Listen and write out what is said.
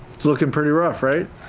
looking pretty rough, right?